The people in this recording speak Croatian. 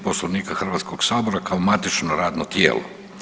Poslovnika Hrvatskog sabora kao matično radno tijelo.